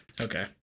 Okay